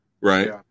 Right